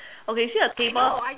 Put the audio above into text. okay see the table